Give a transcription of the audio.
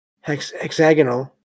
hexagonal